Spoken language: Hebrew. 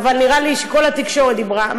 אבל נראה לי שכל התקשורת דיברה.